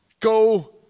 Go